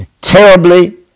terribly